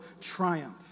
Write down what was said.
triumph